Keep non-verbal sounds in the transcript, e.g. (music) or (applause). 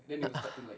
(noise)